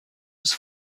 was